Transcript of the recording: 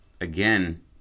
again